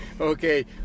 Okay